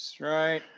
right